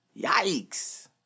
Yikes